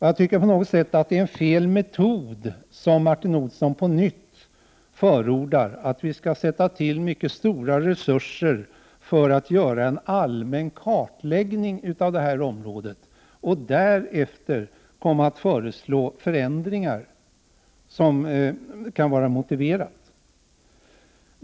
Jag tycker att det på något sätt är fel metod som Martin Olsson på nytt förordar, att vi skall sätta till mycket stora resurser för att göra en allmän kartläggning av det här området och därefter föreslå förändringar som kan vara motiverade.